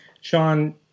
Sean